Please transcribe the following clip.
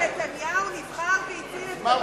מזל שנתניהו נבחר והציל את כלכלת ישראל.